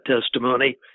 testimony